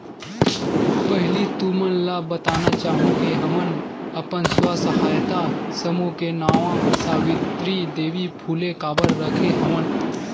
पहिली तुमन ल बताना चाहूँ के हमन अपन स्व सहायता समूह के नांव सावित्री देवी फूले काबर रखे हवन